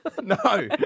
no